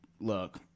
look –